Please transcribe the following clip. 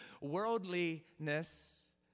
worldliness